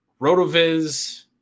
Rotoviz